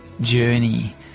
journey